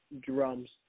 drums